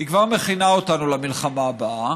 היא כבר מכינה אותנו למלחמה הבאה,